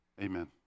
amen